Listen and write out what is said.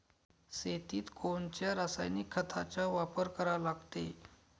शेतीत कोनच्या रासायनिक खताचा वापर करा लागते?